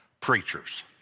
preachers